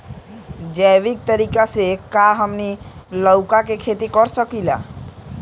जैविक तरीका से का हमनी लउका के खेती कर सकीला?